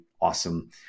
awesome